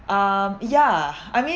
um yeah I mean